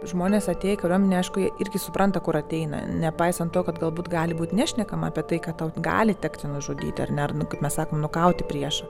žmonės atėję į kariuomenę aišku jie irgi supranta kur ateina nepaisant to kad galbūt gali būt nešnekam apie tai kad tau gali tekti nužudyti ar ne ar nu kaip mes sakome nukauti priešą